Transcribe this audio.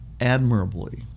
admirably